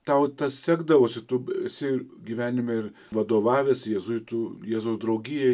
tau tas sekdavosi tu esi gyvenime ir vadovavęs jėzuitų jėzaus draugijai